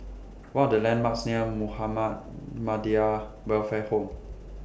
What Are The landmarks near Muhammad Welfare Home